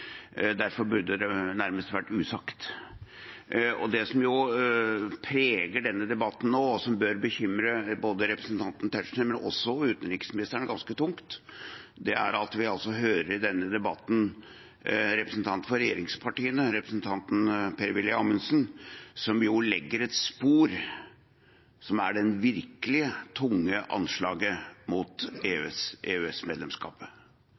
derfor jeg har lyst til å si det. Derfor burde det nærmest ha vært usagt. Det som preger denne debatten nå, og som ganske tungt bør bekymre representanten Tetzschner, men også utenriksministeren, er at vi hører en representant for regjeringspartiene, representanten Per-Willy Amundsen, som legger et spor som er det virkelig tunge anslaget mot